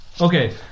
Okay